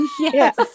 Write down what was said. Yes